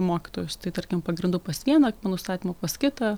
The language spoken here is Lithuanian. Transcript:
mokytojus tai tarkim pagrindų pas vieną akmenų statymo pas kitą